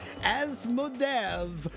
Asmodev